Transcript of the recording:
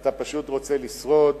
אתה פשוט רוצה לשרוד,